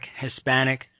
Hispanic